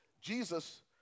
Jesus